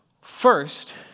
first